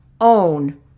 Own